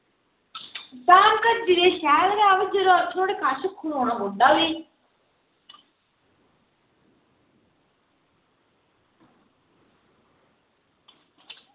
शैल गै फ्ही नुहाड़े कश खड़ोना पौंदा भी